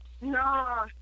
No